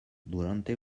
durante